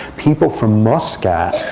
people from muscat,